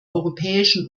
europäischen